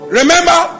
remember